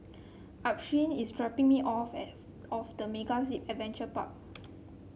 Alphonsine is dropping me off at off the MegaZip Adventure Park